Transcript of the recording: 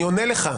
אני עונה לך.